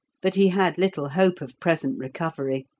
but he had little hope of present recovery,